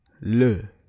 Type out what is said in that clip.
Le